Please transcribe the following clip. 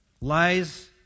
Lies